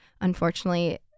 unfortunately